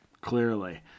clearly